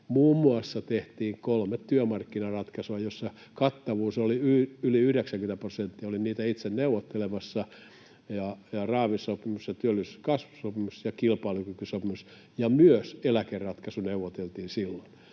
Muun muassa tehtiin kolme työmarkkinaratkaisua, joissa kattavuus oli yli 90 prosenttia, olin niitä itse neuvottelemassa — raamisopimus, työllisyys- ja kasvusopimus ja kilpailukykysopimus — ja myös eläkeratkaisu neuvoteltiin silloin.